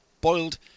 boiled